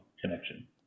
connection